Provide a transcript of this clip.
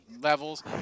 levels